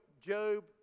Job